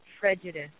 prejudice